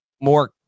more